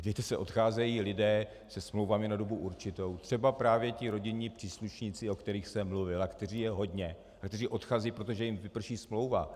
Podívejte se, odcházejí lidé se smlouvami na dobu určitou, třeba právě ti rodinní příslušníci, o kterých jsem mluvil a kterých je hodně a kteří odcházejí, protože jim vyprší smlouva.